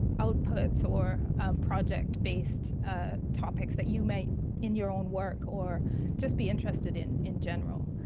outputs or project-based ah topics that you might in your own work or just be interested in, in general,